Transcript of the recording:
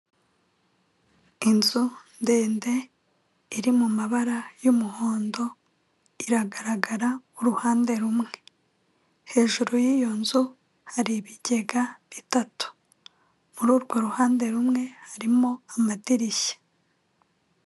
Inzu ndende iri mu mabara y'umuhondo iragaragara ku ruhande rumwe hejuru y'iyo nzu hari ibigega bitatu muri urwo ruhande rumwe harimo amadirishya.